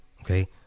okay